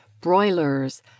broilers